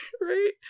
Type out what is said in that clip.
right